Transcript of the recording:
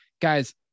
guys